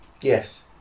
Yes